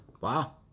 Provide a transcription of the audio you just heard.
Wow